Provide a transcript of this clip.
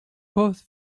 both